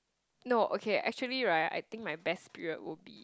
no okay actually right I think my best period would be